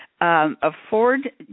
Afford